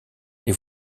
les